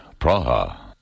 Praha